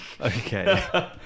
Okay